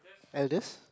eldest